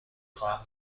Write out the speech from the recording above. خواهم